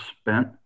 spent